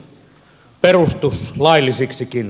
kuka tietää